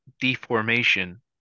Deformation